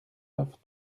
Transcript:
neuf